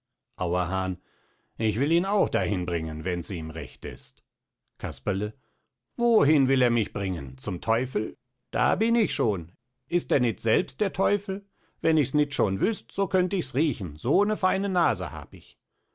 auerhahn ich will ihn auch dahin bringen wenns ihm recht ist casperle wohin will er mich bringen zum teufel da bin ich schon ist er nit selbst der teufel wenn ichs nit schon wüst so könnt ichs riechen so ne feine nase hab ich